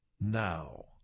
now